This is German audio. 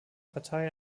partei